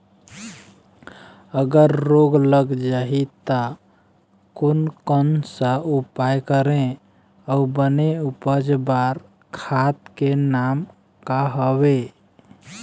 अगर रोग लग जाही ता कोन कौन सा उपाय करें अउ बने उपज बार खाद के नाम का हवे?